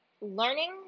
learning